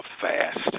fast